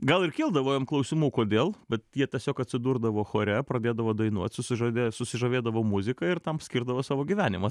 gal ir kildavo jam klausimų kodėl bet jie tiesiog atsidurdavo chore pradėdavo dainuot susižavė susižavėdavo muzika ir tam skirdavo savo gyvenimą